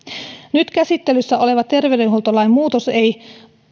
nyt käsittelyssä oleva terveydenhuoltolain muutos ei